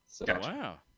Wow